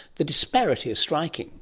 the disparity is striking.